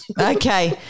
Okay